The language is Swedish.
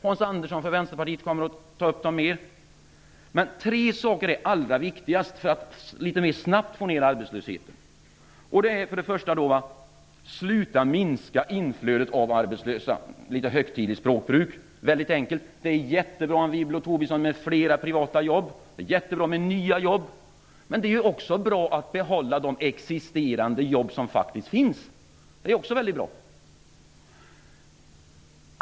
Hans Andersson från Vänsterpartiet kommer att ta upp ännu mera. Men tre saker är viktigast för att litet snabbare få ned arbetslösheten. Det är för det första att minska inflödet av arbetslösa. Det var ett litet högtidligt språkbruk. Väldigt enkelt uttryckt: Det är jättebra, Anne Wibble och Lars Tobisson, med fler privata jobb. Det är jättebra med nya jobb. Men det är också väldigt bra att behålla de jobb som faktiskt existerar.